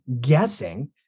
guessing